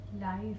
Life